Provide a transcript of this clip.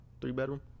three-bedroom